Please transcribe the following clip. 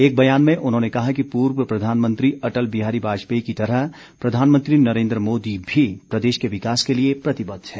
एक बयान में उन्होंने कहा कि पूर्व प्रधानमंत्री अटल बिहारी वाजपेयी की तरह प्रधानमंत्री नरेन्द्र मोदी भी प्रदेश के विकास के लिए प्रतिबद्ध है